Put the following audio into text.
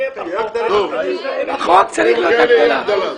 נכון, צריך להיות הבדלה.